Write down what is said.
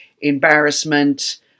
embarrassment